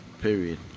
period